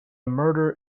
murder